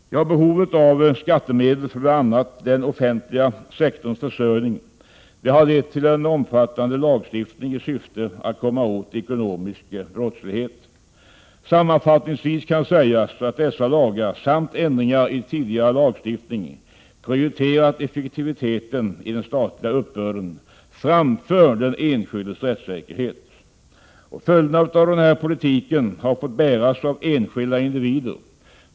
Behovet av skattemedel för bl.a. den offentliga sektorns försörjning har lett till en omfattande lagstiftning i syfte att komma åt ekonomisk brottslighet. Sammanfattningsvis kan sägas att dessa lagar samt ändringar i tidigare lagstiftning prioriterat effektiviteten i den statliga uppbörden framför den enskildes rättssäkerhet. Följderna av denna politik har fått bäras av enskilda individer.